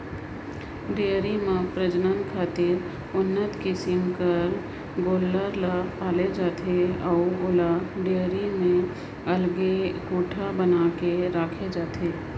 dairy में प्रजनन खातिर उन्नत किसम कर गोल्लर ल पाले जाथे अउ ओला डेयरी में अलगे कोठा बना कर राखे जाथे